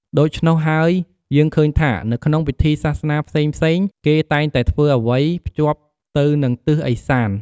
ដូច្នោះហើយ យើងឃើញថានៅក្នុងពិធីសាសនាផ្សេងៗ គេតែងតែធ្វើអ្វីភ្ជាប់ទៅនឹងទិសឦសាន។